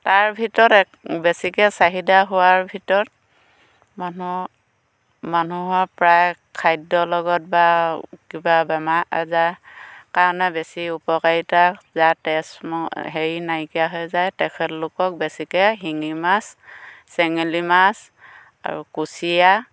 তাৰ ভিতৰত এক বেছিকৈ চাহিদা হোৱাৰ ভিতৰত মানুহৰ মানুহৰ প্ৰায় খাদ্যৰ লগত বা কিবা বেমাৰ আজাৰ কাৰণে বেছি উপকাৰিতা যাৰ তেজ ন হেৰি নাইকিয়া হৈ যায় তেখেতলোকক বেছিকৈ শিঙি মাছ চেঙেলী মাছ আৰু কুচিয়া